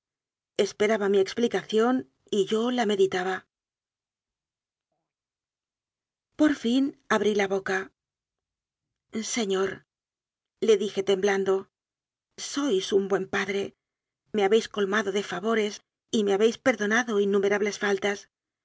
peraba mi explicación y yo la meditaba por fin abrí la boca señorle dije temblan do sois un buen padre me habéis colmado de favores y me habéis perdonado innumerables fal